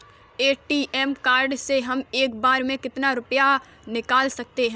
ATM card से हम एक बार में कितना रुपया निकाल सकते हैं?